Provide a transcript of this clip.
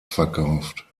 verkauft